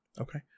Okay